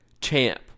champ